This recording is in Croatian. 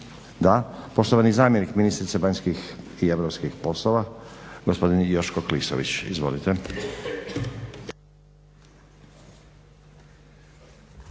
Da. Poštovani zamjenik ministrice vanjskih i europskih poslova, gospodin Joško Klisović. Izvolite.